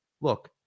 Look